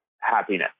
happiness